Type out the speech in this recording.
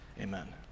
amen